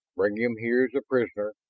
bring him here as a prisoner,